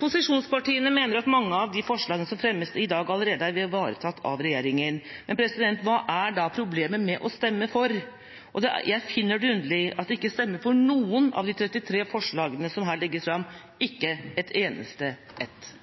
Posisjonspartiene mener at mange av de forslagene som fremmes i dag, allerede er ivaretatt av regjeringa. Men hva er da problemet med å stemme for? Jeg finner det underlig at de ikke stemmer for noen av de 33 forslagene som her legges fram – ikke et eneste ett.